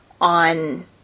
on